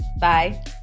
Bye